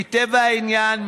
מטבע העניין,